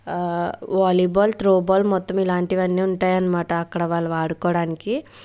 వాలీ ball throwball మొత్తం ఇలాంటివి అన్ని ఉంటాయి అన్నమాట అక్కడ వాళ్ళు ఆడుకోడానికి